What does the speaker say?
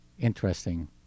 interesting